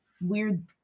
weird